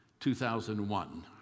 2001